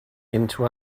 into